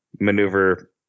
maneuver